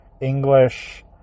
English